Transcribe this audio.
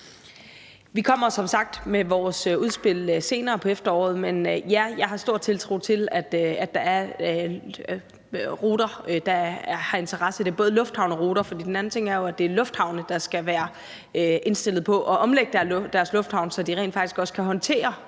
Vi kommer som sagt med vores udspil senere på efteråret, men ja, jeg har stor tiltro til, at der er ruter, der har interesse i det – både lufthavne og ruter. For den anden ting er jo, at det er lufthavne, der skal være indstillet på at omlægge deres håndtering, så de rent faktisk også kan håndtere